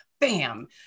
bam